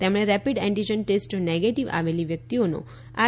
તેમણે rapid antigen test negative આવેલી વ્યક્તિઓનો આર